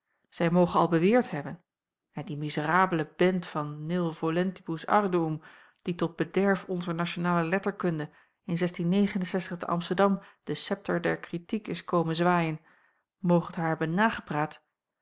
zij moge al beweerd hebben en die mizerabele bent van nil volentibus arduum die tot bederf onzer nationale letterkunde te amsterdam den septer der kritiek is komen zwaaien moge t haar hebben nagepraat